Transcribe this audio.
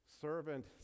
Servant